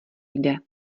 jde